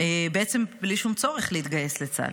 בעצם בלי שום צורך להתגייס לצה"ל.